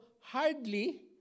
hardly